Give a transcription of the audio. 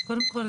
קודם כל,